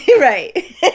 Right